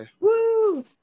Woo